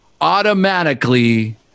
automatically